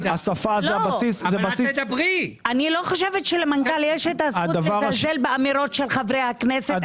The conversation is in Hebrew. אני לא חושבת שלמנכ"ל יש הזכות לזלזל באמירות של חברי הכנסת,